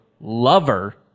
lover